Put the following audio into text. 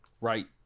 Right